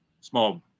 small